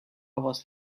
was